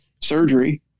surgery